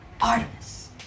Artemis